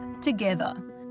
together